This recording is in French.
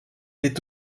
est